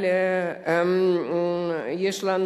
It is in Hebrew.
אבל יש לנו,